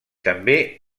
també